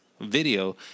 video